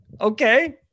okay